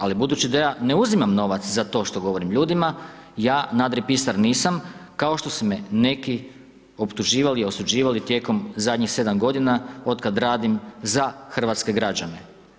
Ali, budući da ja ne uzimam novac, za to što govorim ljudima, ja nadripisar nisam kao što su me neki optuživali, osuđivali, tijekom zadnjih 7 g. od kada radim za hrvatske građane.